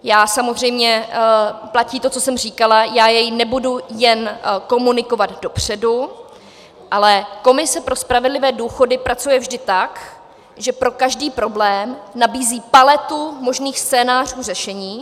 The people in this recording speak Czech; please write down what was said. Já samozřejmě platí to, co jsem říkala, já jej nebudu jen komunikovat dopředu, ale komise pro spravedlivé důchody pracuje vždy tak, že pro každý problém nabízí paletu možných scénářů řešení.